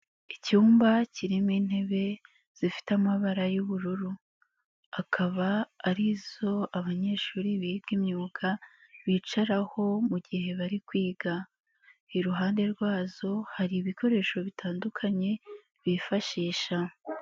lcyumba kirimo intebe zifite amabara y'ubururu, akaba ari zo abanyeshuri biga imyuga bicaraho mu gihe bari kwiga. Iruhande rwazo hari ibikoresho bitandukanye bifashisha.